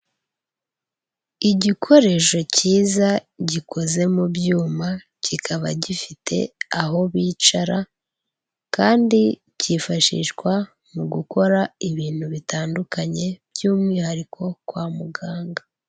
Igikoresho cyiza gikoze mu byuma kikaba gifite aho bicara kandi kifashishwa mu gukora ibintu bitandukanye by'umwihariko kwa muganga.